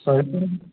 ଶହେ ଟଙ୍କା